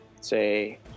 say